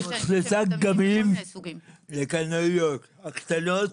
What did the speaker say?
יש שלושה דגמים לקלנועיות: הקטנות